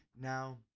Now